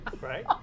right